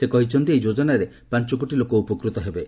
ସେ କହିଛନ୍ତି ଏହି ଯୋଜନାରେ ପାଞ୍ଚ କୋଟି ଲୋକ ଉପକୃତ ହେବେ